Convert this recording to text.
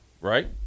right